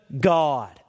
God